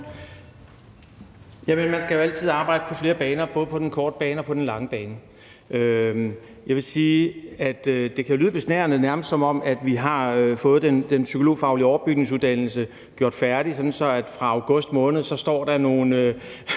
man skal jo altid arbejde på flere baner, både på den korte bane og på den lange bane. Jeg vil sige, at det kan lyde besnærende, og nærmest som om vi har fået den psykologfaglige overbygningsuddannelse gjort færdig, sådan at der fra august måned står nogle